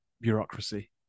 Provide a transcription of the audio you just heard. bureaucracy